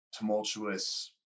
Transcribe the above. tumultuous